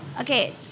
Okay